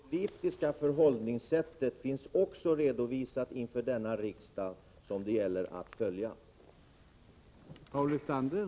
Herr talman! Det politiska förhållningssättet, som det gäller att följa, finns också redovisat inför denna riksdag.